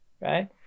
right